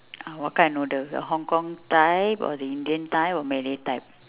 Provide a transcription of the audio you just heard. oh what kind noodle the hong-kong type or the indian type or malay type